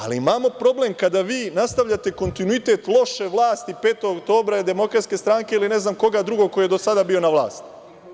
Ali, imamo problem kada vi nastavljate kontinuitet loše vlasti 5. oktobra, DS ili ne znam koga drugog ko je do sada bio na vlasti.